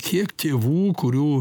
kiek tėvų kurių